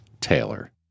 Taylor